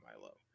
Milo